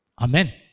Amen